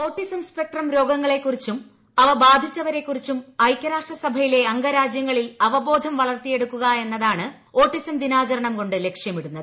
autism spectrum രോഗങ്ങളെക്കുറിച്ചും അവ ബാധിച്ചവരെക്കുറിച്ചും ഐക്യരാഷ്ട്രസഭയിലെ അംഗരാജ്യങ്ങളിൽ അവബോധം വളർത്തിയെടുക്കുകയെന്നതാണ് ഓട്ടിസം ദിനാചരണം കൊണ്ട് ലക്ഷ്യമിടുന്നത്